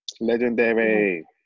Legendary